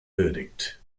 verdict